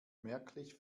merklich